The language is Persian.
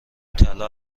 طلا